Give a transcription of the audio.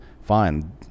fine